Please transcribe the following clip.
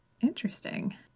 Interesting